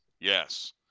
Yes